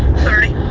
thirty.